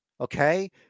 Okay